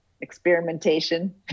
experimentation